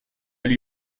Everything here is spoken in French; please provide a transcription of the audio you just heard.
lui